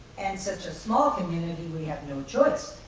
and such a small community, we have no choice.